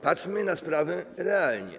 Patrzmy na sprawę realnie.